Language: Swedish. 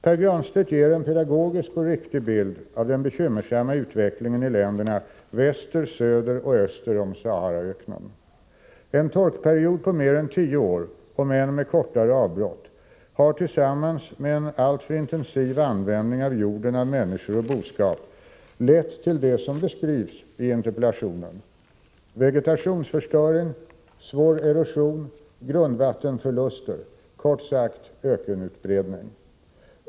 Pär Granstedt ger en pedagogisk och riktig bild av den bekymmersamma utvecklingen i länderna väster, söder och öster om Saharaöknen. En torkperiod på mer än tio år — om än med kortare avbrott — har tillsammans med en alltför intensiv användning av jorden av människor och boskap lett till det som beskrivs i interpellationen: vegetationsförstöring, svår erosion, grundvattenförluster — kort sagt ökenutbredning.